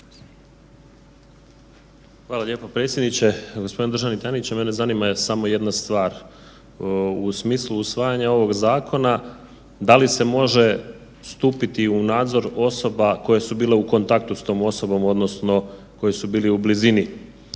Hvala lijepo predsjedniče. g. Državni tajniče, mene zanima samo jedna stvar. U smislu usvajanja ovog zakona, da li se može stupiti u nadzor osoba koje su bile u kontaktu s tom osobom odnosno koji su bili u blizini